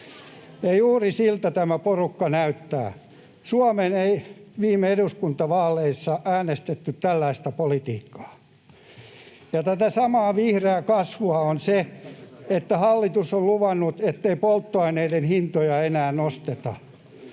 Ja juuri siltä tämä porukka näyttää. Suomeen ei viime eduskuntavaaleissa äänestetty tällaista politiikkaa. Tätä samaa vihreää kasvua on se, että hallitus on luvannut, ettei polttoaineiden hintoja enää nosteta.